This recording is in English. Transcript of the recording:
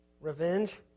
Revenge